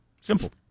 Simple